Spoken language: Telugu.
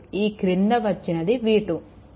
ఈ క్రింద ఇచ్చింది v2